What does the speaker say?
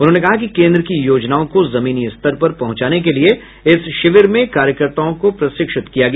उन्होंने कहा कि केंद्र की योजनाओं को जमीनी स्तर पर पहुंचाने के लिए इस शिविर में कार्यकर्ताओं को प्रशिक्षित किया गया